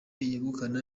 yegukana